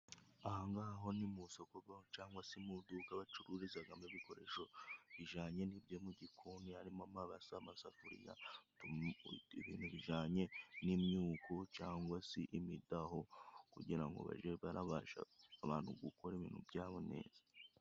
Ahangaha ho ni mu soko cangwa se mu duka bacururizagamo ibikoresho bijanye n'ibyo mu gikoni, harimo amabase amasafuruya, ibintu bijanye n'imyuko cangwa se imidaho kugira ngo bage barabasha, abantu gukora ibintu byabo neza.